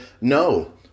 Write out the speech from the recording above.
No